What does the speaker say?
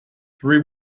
three